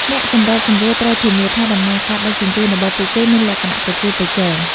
អ្នកសម្របសម្រួលត្រូវធានាថាដំណើរការដឹកជញ្ជូនរបស់ពួកគេមានលក្ខណៈប្រកួតប្រជែង។